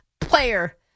player